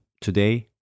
today